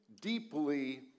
deeply